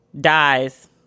dies